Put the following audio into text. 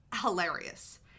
hilarious